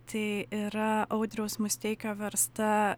tai yra audriaus musteikio versta